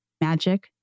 Magic